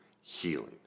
healing